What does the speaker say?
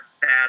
bad